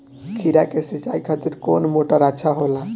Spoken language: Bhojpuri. खीरा के सिचाई खातिर कौन मोटर अच्छा होला?